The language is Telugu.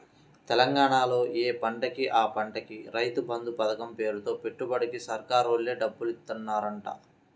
తెలంగాణాలో యే పంటకి ఆ పంటకి రైతు బంధు పతకం పేరుతో పెట్టుబడికి సర్కారోల్లే డబ్బులిత్తన్నారంట